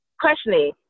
questioning